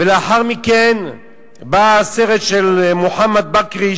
ולאחר מכן בא הסרט של מוחמד בכרי,